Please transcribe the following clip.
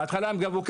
בהתחלה הם גבו ככה: